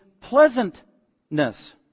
pleasantness